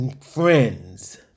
friends